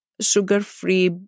sugar-free